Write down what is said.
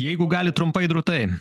nori jeigu gali trumpai drūtai